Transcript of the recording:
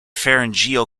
pharyngeal